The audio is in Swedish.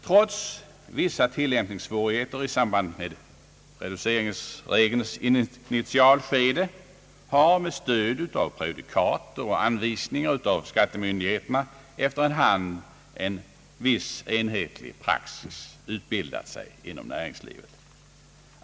Trots vissa tillämpningssvårigheter i samband med reduceringsregelns initialskede har med stöd av prejudikat och anvisningar från skattemyndigheterna efter hand en viss enhetlig praxis utbildat sig inom näringslivet.